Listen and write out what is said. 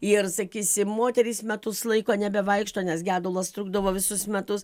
ir sakysim moterys metus laiko nebevaikšto nes gedulas trukdavo visus metus